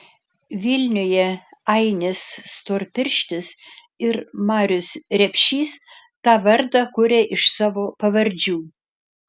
vilniuje ainis storpirštis ir marius repšys tą vardą kuria iš savo pavardžių